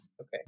Okay